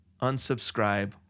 unsubscribe